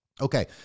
Okay